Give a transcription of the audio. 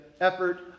effort